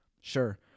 Sure